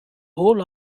whole